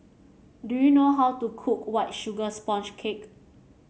do you know how to cook White Sugar Sponge Cake